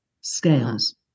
scales